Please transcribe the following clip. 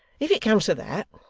if it comes to that,